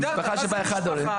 "משפחה שבא אחד ההורים",